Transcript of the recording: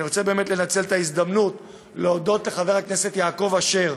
אני רוצה באמת לנצל את ההזדמנות ולהודות לחבר הכנסת יעקב אשר,